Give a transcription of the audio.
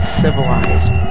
civilized